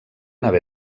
haver